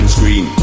Screen